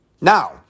Now